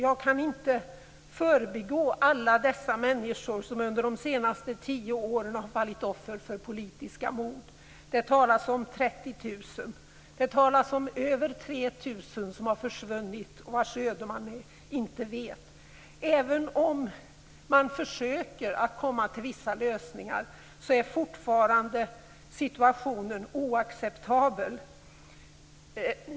Jag kan inte förbigå alla dessa människor som under de senaste tio åren har fallit offer för politiska mord. Det talas om 30 000. Det talas om över 3 000 som har försvunnit och vars öde man inte vet. Även om man försöker att komma till vissa lösningar, är situationen fortfarande oacceptabel.